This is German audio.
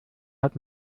hat